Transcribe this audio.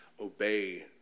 obey